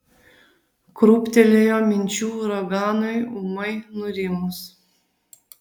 krūptelėjo minčių uraganui ūmai nurimus